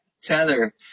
tether